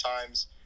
times